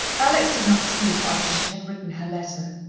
alex did not sleep after she had written her letter,